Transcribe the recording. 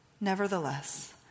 Nevertheless